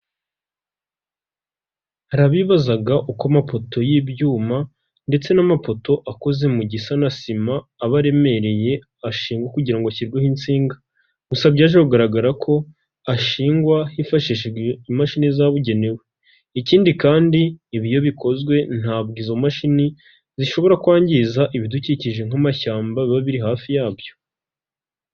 Hari abibazaga, uko amapoto y'ibyuma ndetse n'amapoto akoze mu gisa na sima aba aremereye, ashingwa kugirango ngo ashyirweho insinga, gusa byaje kugaragara ko ashingwa hifashishijwe imashini zabugenewe, ikindi kandi, iyo bikozwe, ntabwo izo mashini, zishobora kwangiza ibidukikije nk'amashyamba, biba biri hafi yabyo.